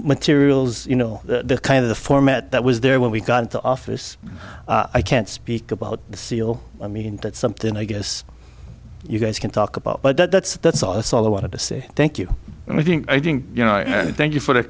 materials you know the kind of the format that was there when we got into office i can't speak about the seal i mean that's something i guess you guys can talk about but that's that's all that's all i wanted to say thank you and i think you know i thank you for